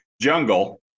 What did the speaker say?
jungle